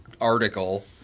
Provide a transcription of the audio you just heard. article